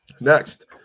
Next